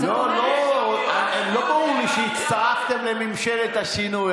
לא ברור לי שהצטרפתם לממשלת השינוי,